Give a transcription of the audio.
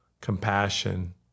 compassion